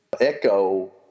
echo